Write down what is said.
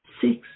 six